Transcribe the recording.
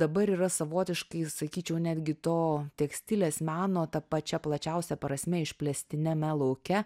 dabar yra savotiškai sakyčiau netgi to tekstilės meno tą pačia plačiausia prasme išplėstiniame lauke